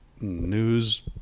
news